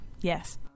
yes